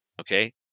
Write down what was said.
Okay